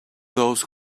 those